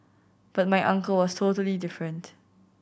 but my uncle was totally different